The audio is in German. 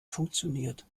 funktioniert